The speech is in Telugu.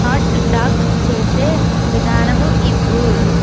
హాట్ డాగ్ చేసే విధానము ఇవ్వు